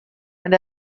and